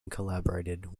collaborated